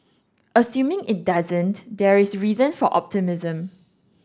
assuming it doesn't there is reason for optimism